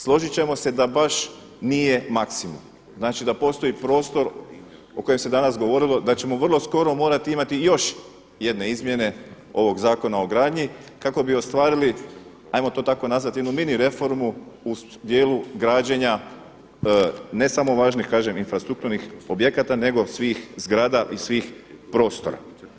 Složit ćemo se da baš nije maksimum, znači da postoji prostor o kojem se danas govorilo da ćemo vrlo skoro morati imati još jedne izmjene ovog Zakona o gradnji kako bi ostvarili, ajmo to tako nazvati jednu Ministarstvo reformu u dijelu građenja ne samo važnih infrastrukturnih objekata nego svih zgrada i svih prostora.